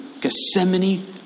Gethsemane